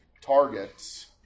targets